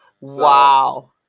Wow